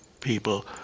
People